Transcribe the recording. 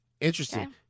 interesting